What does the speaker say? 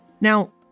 Now